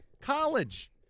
College